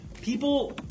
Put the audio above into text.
people